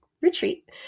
retreat